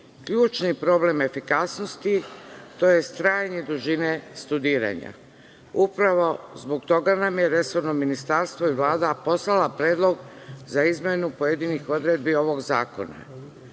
ključni problem efikasnosti, tj. trajanja dužine studiranja. Upravo zbog toga nam je resorno ministarstvo i Vlada poslala predlog za izmenu pojedinih odredbi ovog zakona.